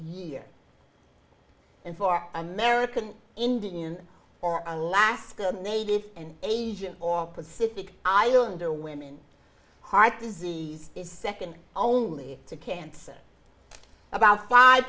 year and for american indian or alaska native and asian or pacific islander women heart disease is second only to cancer about five